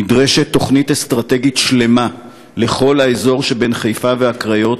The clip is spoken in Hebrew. נדרשת תוכנית אסטרטגית שלמה לכל האזור שבין חיפה והקריות,